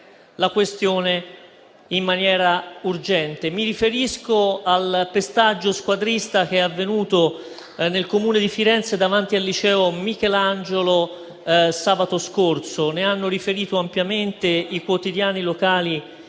la questione in maniera urgente. Mi riferisco al pestaggio squadrista avvenuto nel Comune di Firenze davanti al liceo «Michelangiolo» sabato scorso, di cui hanno riferito ampiamente i quotidiani locali